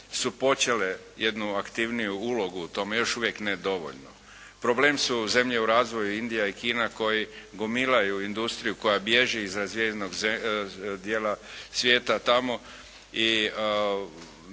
su počele jednu aktivniju ulogu u tome, još uvijek ne dovoljno. Problem su zemlje u razvoju, Indija i Kina, koji gomilaju industriju koja bježi iz razvijenog dijela svijeta tamo i oni